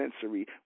sensory